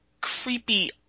creepy